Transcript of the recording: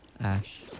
ash